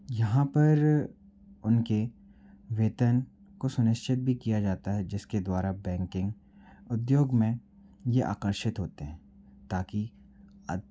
यहाँ पर उनके वेतन को सुनिश्चित भी किया जाता है जिसके द्वारा बैंकिंग उद्योग में ये आकर्षित होते हैं ताकि